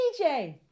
DJ